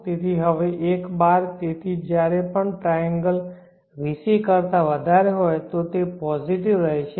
તેથી હવે એક બાર તેથી જ્યારે પણ ટ્રાયેન્ગલ vc કરતા વધારે હોય તો તે પોઝિટિવ રહેશે